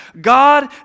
God